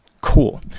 Cool